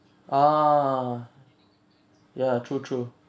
ah ya true true